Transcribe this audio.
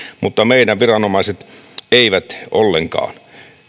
mutta meidän viranomaiset eivät ollenkaan